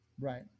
right